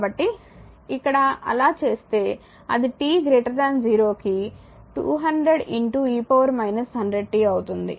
కాబట్టి ఇక్కడ అలా చేస్తే అది t 0 కి 200e 100t అవుతుంది